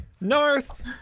North